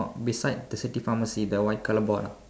oh beside the city pharmacy the white colour board